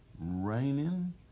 raining